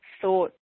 thought